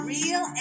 Real